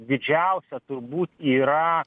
didžiausia turbūt yra